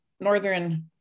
Northern